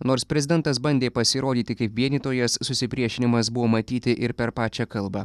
nors prezidentas bandė pasirodyti kaip vienytojas susipriešinimas buvo matyti ir per pačią kalbą